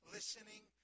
Listening